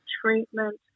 treatment